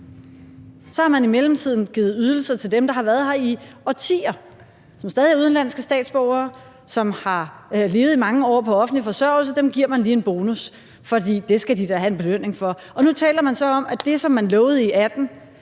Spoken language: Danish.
Så har man i mellemtiden givet ydelser til dem, der har været her i årtier, som stadig er udenlandske statsborgere, og som har levet i mange år på offentlig forsørgelse, og dem giver man lige en bonus, for det skal de da have en belønning for. Og nu taler man så om, at det, som man lovede i 2018,